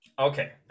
Okay